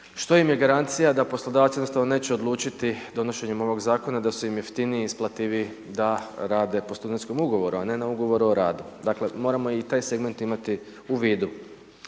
što im je garancija da poslodavac jednostavno neće odlučiti donošenjem ovog Zakona, da su im jeftiniji, isplativiji da rade po studentskom ugovoru, a ne na ugovor o radu? Dakle, moramo i taj segment imati u vidu.